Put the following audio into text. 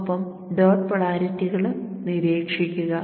ഒപ്പം ഡോട്ട് പോളാരിറ്റികളും നിരീക്ഷിക്കുക